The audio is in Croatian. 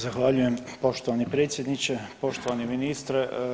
Zahvaljujem poštovani predsjedniče, poštovani ministre.